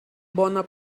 bona